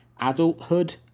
adulthood